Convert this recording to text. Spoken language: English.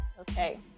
okay